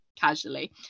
casually